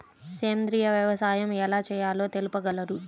సేంద్రీయ వ్యవసాయం ఎలా చేయాలో తెలుపగలరు?